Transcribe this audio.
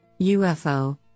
UFO